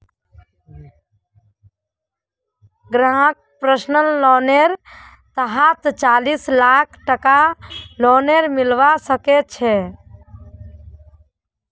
ग्राहकक पर्सनल लोनेर तहतत चालीस लाख टकार लोन मिलवा सके छै